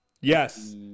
yes